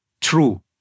true